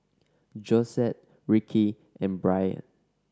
Josette Rickie and Brian